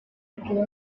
withdrew